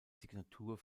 signatur